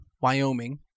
Wyoming